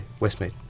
Westmead